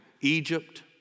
Egypt